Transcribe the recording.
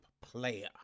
player